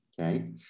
okay